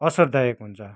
असरदायक हुन्छ